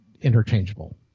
interchangeable